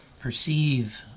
perceive